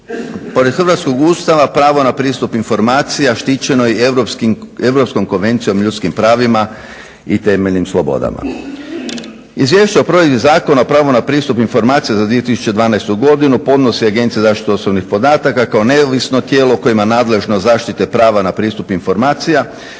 Pored Hrvatskog ustava pravo na pristup informacijama štićeno je i Europskom konvencijom o ljudskim pravima i temeljnim slobodama. Izvješće o provedbi Zakona o pravu na pristup informacijama za 2012. godinu podnosi Agencija za zaštitu osobnih podataka kao neovisno tijelo koje ima nadležnost zaštite prava na pristup informacijama